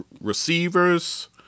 receivers